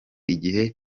igihe